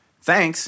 Thanks